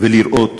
ולראות